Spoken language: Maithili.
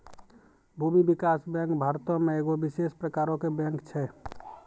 भूमि विकास बैंक भारतो मे एगो विशेष प्रकारो के बैंक छै